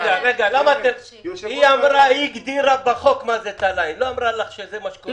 היא הגדירה איך זה תל"ן בחוק היא לא אמרה לך שזה מה שקורה.